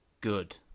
good